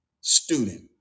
student